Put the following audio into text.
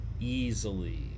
easily